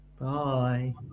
Bye